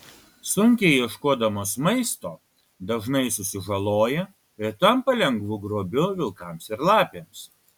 sunkiai ieškodamos maisto dažnai susižaloja ir tampa lengvu grobiu vilkams ir lapėms